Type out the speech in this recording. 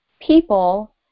people